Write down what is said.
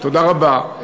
תודה רבה.